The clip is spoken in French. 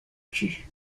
cut